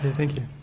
thank you.